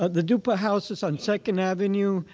the duppa house is on second avenue,